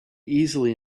easily